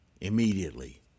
immediately